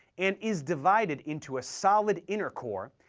and is divided into a solid inner core,